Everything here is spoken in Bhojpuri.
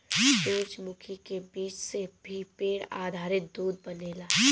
सूरजमुखी के बीज से भी पेड़ आधारित दूध बनेला